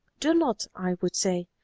do not, i would say,